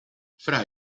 fra